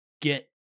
get